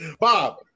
Bob